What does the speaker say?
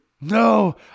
No